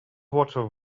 water